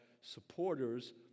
supporters